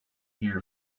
hear